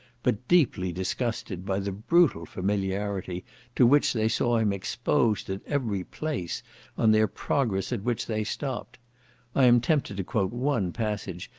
but deeply disgusted by the brutal familiarity to which they saw him exposed at every place on their progress at which they stopped i am tempted to quote one passage,